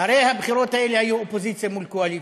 הרי הבחירות האלה היו אופוזיציה מול קואליציה,